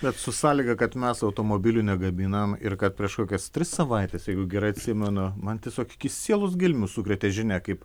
bet su sąlyga kad mes automobilių negaminam ir kad prieš kokias tris savaites jeigu gerai atsimenu man tiesiog iki sielos gelmių sukrėtė žinia kaip